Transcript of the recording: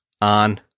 on